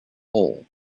hole